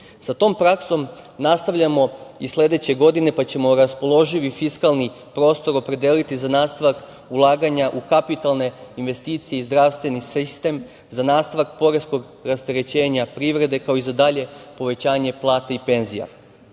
Sa tom praksom nastavljamo i sledeće godine, pa ćemo raspoloživi fiskalni prostor opredeliti za nastavak ulaganja u kapitalne investicije i zdravstveni sistem, za nastavak poreskog rasterećenja privrede, kao i za dalje povećanje plata i penzija.